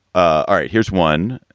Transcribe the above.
ah all right, here's one.